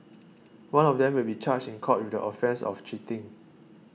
one of them will be charged in court with the offence of cheating